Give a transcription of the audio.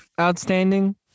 Outstanding